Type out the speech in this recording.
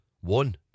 One